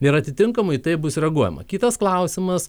ir atitinkamai taip bus reaguojama kitas klausimas